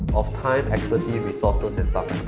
of time, expertise, resources and stuff